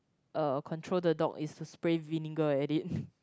uh control the dog is to spray vinegar at it